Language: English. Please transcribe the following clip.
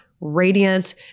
radiant